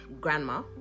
grandma